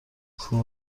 کوه